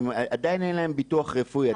עדיין אין להם ביטוח רפואי --- נכון.